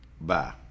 Bye